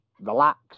Relax